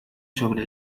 sobre